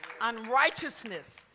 unrighteousness